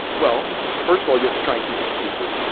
well, first of all, you have to try and keep it secret.